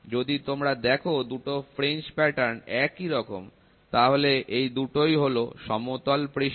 যদি তোমরা দেখো দুটো ফ্রিঞ্জ প্যাটার্ণ একই রকম তাহলে এই দুটোই হলো সমতল পৃষ্ঠ